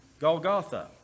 Golgotha